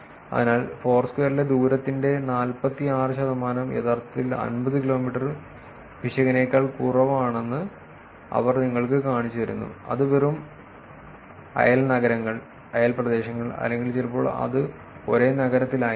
അതിനാൽ ഫോർസ്ക്വയറിലെ ദൂരത്തിന്റെ 46 ശതമാനം യഥാർത്ഥത്തിൽ 50 കിലോമീറ്റർ പിശകിനേക്കാൾ കുറവാണെന്ന് അവർ നിങ്ങൾക്ക് കാണിച്ചുതരുന്നു അത് വെറും അയൽ നഗരങ്ങൾ അയൽ പ്രദേശങ്ങൾ അല്ലെങ്കിൽ ചിലപ്പോൾ അത് ഒരേ നഗരത്തിലായിരിക്കാം